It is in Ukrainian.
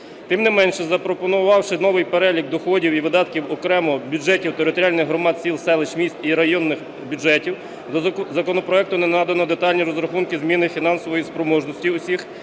Тим не менше, запропонувавши новий перелік доходів і видатків окремо бюджетів територіальних громад сіл, селищ, міст і районних бюджетів законопроектом не надано детальні розрахунки зміни фінансової спроможності усіх місцевих